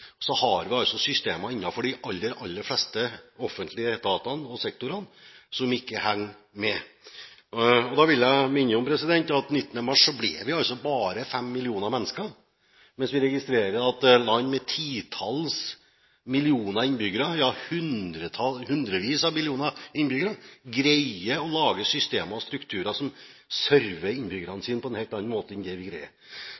har vi altså systemer innenfor de aller, aller fleste offentlige etatene og sektorene som ikke henger med. Da vil jeg minne om at 19. mars ble vi altså bare 5 millioner mennesker, mens vi registrerer at land med titalls millioner innbyggere, ja hundrevis av millioner innbyggere, greier å lage systemer og strukturer som server innbyggerne